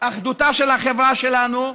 אחדותה של החברה שלנו,